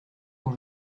dont